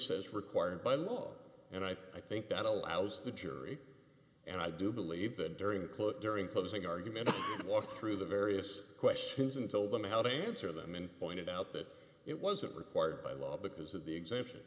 says required by law and i think that allows the jury and i do believe that during the close during closing argument i have walked through the various questions and told them how to answer them and pointed out that it wasn't required by law because of the exemption